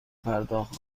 پرداخت